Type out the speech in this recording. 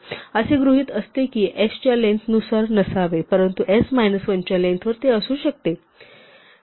आणि असे गृहीत असते की s च्या लेंग्थ नुसार नसावे परंतु s मायनस 1 च्या लेन्थवर ते असू शकते